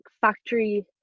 factory